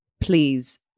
please